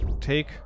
take